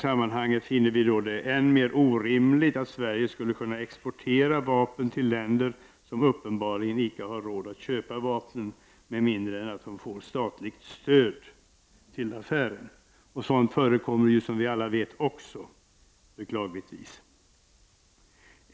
Vi finner det än mer orimligt att Sverige skulle exportera vapen till länder som uppenbarligen inte har råd att köpa vapnen med mindre än att de får statligt stöd till affären. Som vi alla vet förekommer beklagligtvis också sådant.